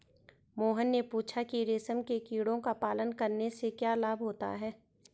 मोहन ने पूछा कि रेशम के कीड़ों का पालन करने से क्या लाभ होता है?